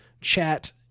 chat